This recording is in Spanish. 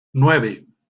nueve